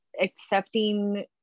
accepting